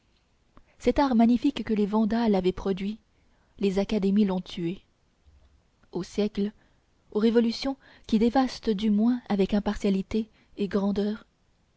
cet art magnifique que les vandales avaient produit les académies l'ont tué aux siècles aux révolutions qui dévastent du moins avec impartialité et grandeur